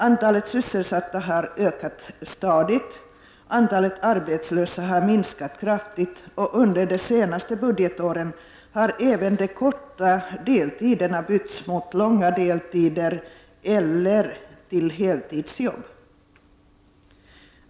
Antalet sysselsatta har stadigt ökat, antalet arbetslösa har kraftigt minskat och under de senaste budgetåren har även de korta deltiderna bytts mot långa deltider eller mot heltidsjobb.